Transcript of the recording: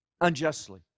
unjustly